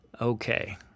okay